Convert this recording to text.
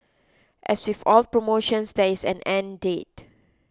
as with all promotions there is an end date